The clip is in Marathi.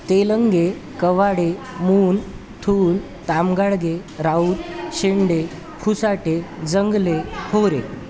तेलंगे कवाडे मून थूल तामगाडगे राऊत शेंडे खुसाटे जंगले होरे